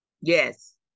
yes